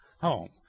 home